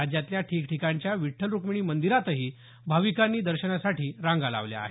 राज्यातल्या ठिकठिकाणच्या विठ्ठल रुक्मिणी मंदिरातही भाविकांनी दर्शनासाठी रांगा लावल्या आहेत